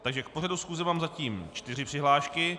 Takže k pořadu schůze mám zatím čtyři přihlášky.